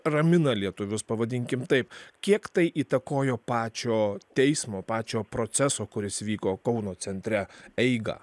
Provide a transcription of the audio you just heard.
ramina lietuvius pavadinkim taip kiek tai įtakojo pačio teismo pačio proceso kuris vyko kauno centre eigą